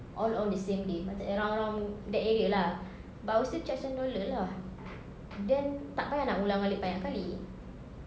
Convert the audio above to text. all on the same day macam around around that area lah but I will still charge ten dollar lah then tak payah nak ulang-alik banyak kali